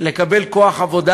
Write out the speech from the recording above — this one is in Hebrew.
לקבל כוח עבודה.